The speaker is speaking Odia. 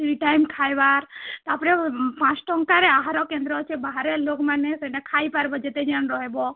ଦୁଇ ଟାଇମ୍ ଖାଇବାର୍ ତା'ର୍ପରେ ପାଞ୍ଚ୍ ଟଁକାରେ ଆହାର କେନ୍ଦ୍ର ଅଛି ବାହାରେ ଲୋକ୍ ମାନେ ସେଟା ଖାଇପାର୍ବ ଯେତେ ଜ'ଣ ରହେବ